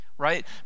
Right